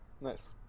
Nice